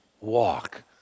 walk